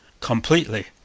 completely